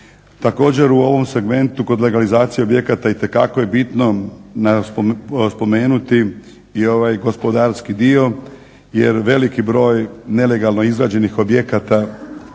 Također u ovom segmentu kod legalizacije objekata itekako je bitno spomenuti i ovaj gospodarski dio jer veliki broj nelegalno izgrađenih objekata